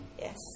Yes